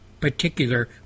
particular